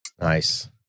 Nice